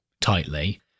tightly